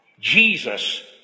Jesus